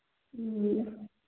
ꯎꯝ